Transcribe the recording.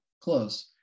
close